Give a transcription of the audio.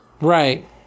Right